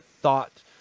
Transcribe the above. thought